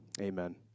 Amen